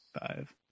five